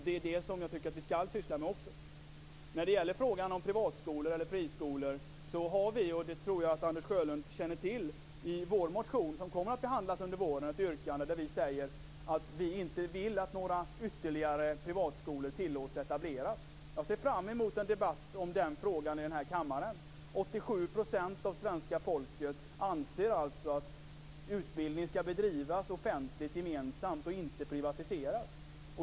Det är det vi skall syssla med. När det gäller privata skolor och friskolor har vi - och det tror jag Anders Sjölund känner till - i vår motion, som kommer att behandlas under våren, ett yrkande om att inga ytterligare privatskolor skall tillåtas etableras. Jag ser fram emot en debatt om den frågan i kammaren. 87 % av svenska folket anser att utbildning skall bedrivas offentligt och inte privatiseras.